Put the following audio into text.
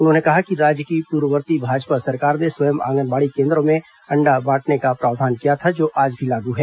उन्होंने कहा कि राज्य की पूर्ववर्ती भाजपा सरकार ने स्वयं आंगनबाड़ी केन्द्रों में अण्डा बांटने का प्रावधान किया था जो आज भी लागू है